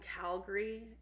calgary